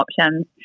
options